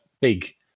big